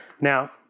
Now